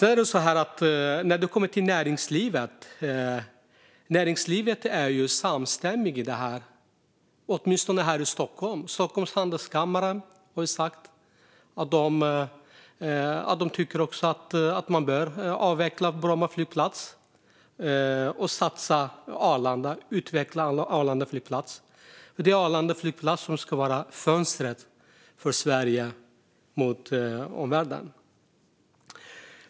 När det gäller näringslivet är det ju så att näringslivet är samstämmigt i det här, åtminstone här i Stockholm. Stockholms Handelskammare har sagt att de tycker att man bör avveckla Bromma flygplats och satsa på att utveckla Arlanda flygplats. Det är Arlanda flygplats som ska vara fönstret för Sverige mot omvärlden.